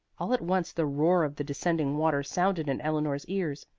all at once the roar of the descending water sounded in eleanor's ears,